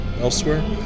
elsewhere